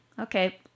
Okay